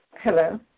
Hello